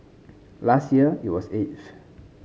last year it was eighth